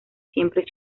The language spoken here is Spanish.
siempre